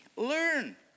Learn